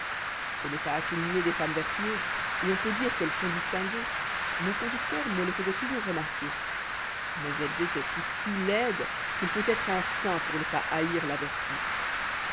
ce n'est pas qu'il n'y ait des dames vertueuses et on peut dire qu'elles sont distinguées mon conducteur me les faisoit toujours remarquer mais elles étoient toutes si laides qu'il faut être un saint pour ne pas haïr la vertu